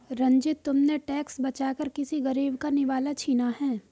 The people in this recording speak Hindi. रंजित, तुमने टैक्स बचाकर किसी गरीब का निवाला छीना है